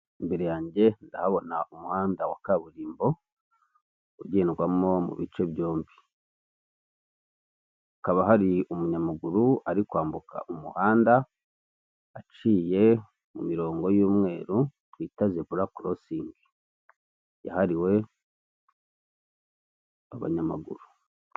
Imbere yanjye ndahabona umuhanda wa kaburimbo, ugendwamo mu bice byombi. Hakaba hari umunyamaguru, ari kwambuka umuhanda aciye mu mirongo y'umweru, twita zebura korosingi. Yahariwe abanyamaguru.